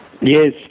Yes